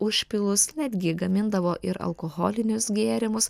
užpilus netgi gamindavo ir alkoholinius gėrimus